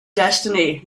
destiny